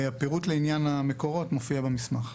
הפירוט לעניין המקורות מופיע במסמך.